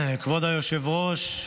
כבוד היושב-ראש,